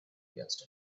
against